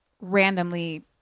randomly